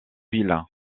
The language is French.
ville